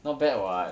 not bad [what]